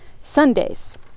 Sundays